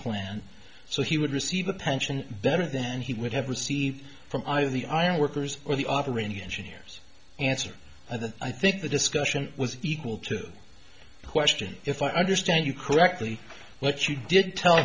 plan so he would receive a pension better than he would have received from either the ironworkers or the operating engineers answered by the i think the discussion was equal to the question if i understand you correctly what she did tell